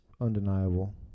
undeniable